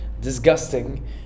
disgusting